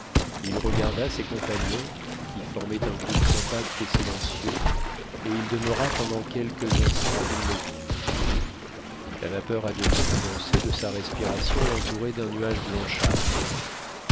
il regarda ses compagnons qui formaient un groupe compact et silencieux et il demeura pendant quelques instants immobile la vapeur à demi condensée de sa respiration l'entourait d'un nuage blanchâtre